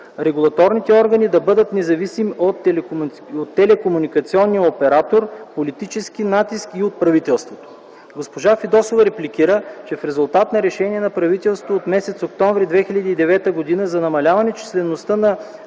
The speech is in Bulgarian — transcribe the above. регулаторните органи да бъдат независими от телекомуникационни оператори, политически натиск и от правителството. Госпожа Фидосова репликира, че в резултат на решение на правителството от м. октомври 2009 г. за намаляване числеността на